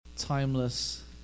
timeless